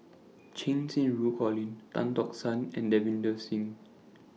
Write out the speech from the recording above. Cheng Xinru Colin Tan Tock San and Davinder Singh